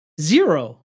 Zero